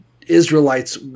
Israelites